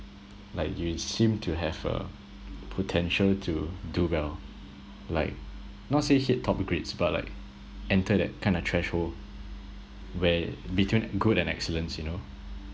like you seem to have a potential to do well like not say hit top grades but like enter that kind of threshold where between good and excellence you know